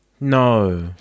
No